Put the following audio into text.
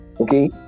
okay